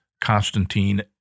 Constantine